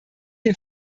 den